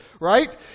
right